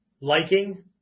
liking